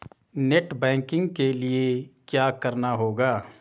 Net banking के लिए क्या करना होगा?